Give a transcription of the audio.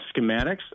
schematics